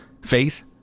faith